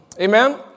Amen